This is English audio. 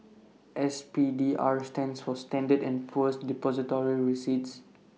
S P D R stands for standard and Poor's Depository receipts